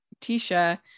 Tisha